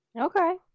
Okay